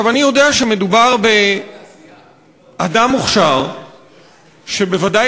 אני יודע שמדובר באדם מוכשר שבוודאי